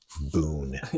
boon